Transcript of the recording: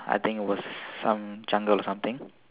I think it was some jungle or something